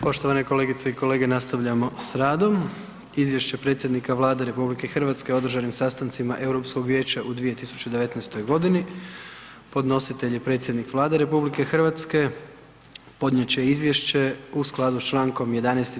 Poštovane kolegice i kolege nastavljamo s radom, Izvješće predsjednika Vlade RH o održanim sastancima Europskog vijeća u 2019.g. Podnositelj je predsjednik Vlade RH, podnijet će Izvješće u skladu s čl. 11.